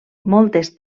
moltes